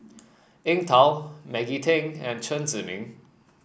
Eng Tow Maggie Teng and Chen Zhiming